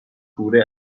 کوره